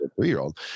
three-year-old